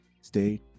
Stay